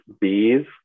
bees